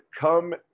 come